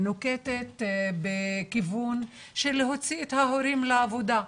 נוקטת בכיוון של להוציא את ההורים לעבודה,